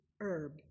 herb